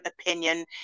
opinion